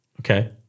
Okay